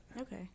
okay